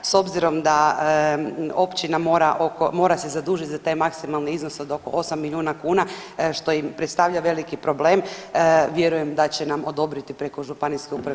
S obzirom da općina mora se zadužit za taj maksimalni iznos od oko 8 milijuna kuna što im predstavlja veliki problem, vjerujem da će nam odobriti preko ŽUC-a.